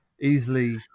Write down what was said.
easily